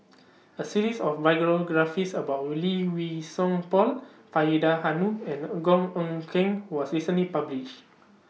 A series of about Lee Wei Song Paul Faridah Hanum and Goh Eck Kheng was recently published